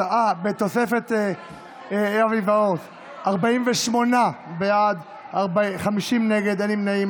בתוספת אבי מעוז 48 בעד, 50 נגד, אין נמנעים.